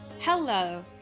Hello